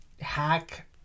hack